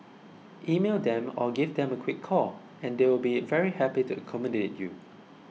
email them or give them a quick call and they will be very happy to accommodate you